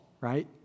right